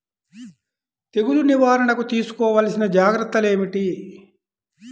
తెగులు నివారణకు తీసుకోవలసిన జాగ్రత్తలు ఏమిటీ?